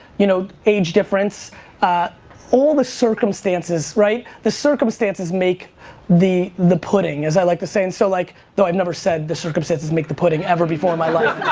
you know, age difference ah all the circumstances, right? the circumstances make the the pudding as i'd like to say and so like, though i've never said the circumstances make the pudding ever before in my life.